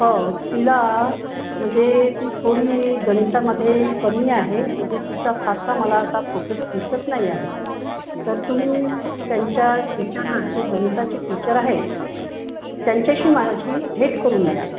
हो तिला म्हणजे ती थोडी गणितामध्ये कमी आहे म्हणजे तिचा फारसा मला असा प्रोग्रेस दिसत नाही आहे तर तुम्ही त्यांच्या टीचरला जे गणिताची टीचर आहे त्यांच्याशी माझी भेट करून द्या